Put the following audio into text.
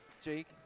Jake